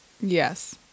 yes